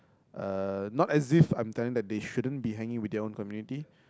uh not as if I'm telling that they shouldn't be hanging with their own community